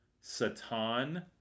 Satan